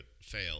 fail